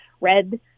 red